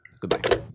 Goodbye